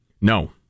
No